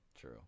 True